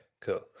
cool